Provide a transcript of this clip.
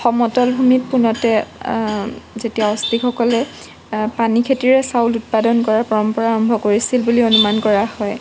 সমতল ভূমিত পোনতে যেতিয়া অষ্ট্ৰিকসকলে পানী খেতিৰে চাউল উৎপাদন কৰাৰ পৰম্পৰা আৰম্ভ কৰিছিল বুলি অনুমান কৰা হয়